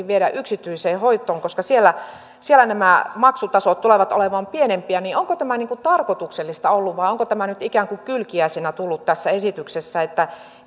viedä pikemminkin yksityiseen hoitoon koska siellä siellä nämä maksutasot tulevat olemaan pienempiä onko tämä ollut tarkoituksellista vai onko tämä nyt tullut ikään kuin kylkiäisenä tässä esityksessä